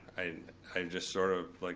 i'm just sort of, like